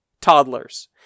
Toddlers